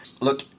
Look